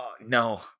No